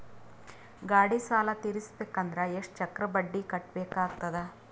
ಗಾಡಿ ಸಾಲ ತಿರಸಬೇಕಂದರ ಎಷ್ಟ ಚಕ್ರ ಬಡ್ಡಿ ಕಟ್ಟಬೇಕಾಗತದ?